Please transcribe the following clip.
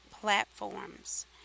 platforms